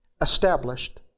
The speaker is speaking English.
established